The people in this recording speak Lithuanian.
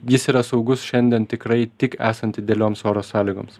jis yra saugus šiandien tikrai tik esant idealioms oro sąlygoms